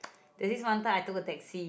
and this one time I took the taxi